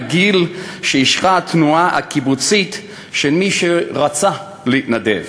מהגיל שאישרה התנועה הקיבוצית למי שרצה להתנדב,